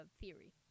theory